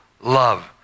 love